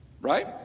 Right